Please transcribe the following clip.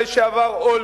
לשלטון ולהתחזקותו.